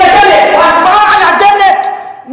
ההצבעה על הדלק,